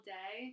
day